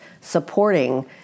supporting